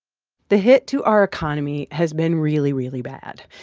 the hit to our economy has been really, really bad.